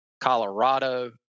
Colorado